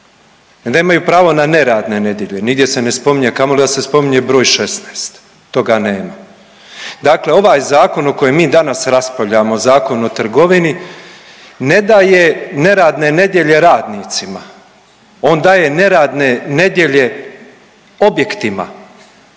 Nemaju pravo na neradne nedjelje, nigdje se ne spominje, a kamoli da se spominje broj 16. Toga nema. Dakle, ovaj zakon o kojem mi danas raspravljamo Zakon o trgovini ne daje neradne nedjelje radnicima, on daje neradne nedjelje objektima.